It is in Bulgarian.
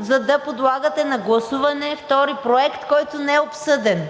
за да подлагате на гласуване втори проект, който не е обсъден.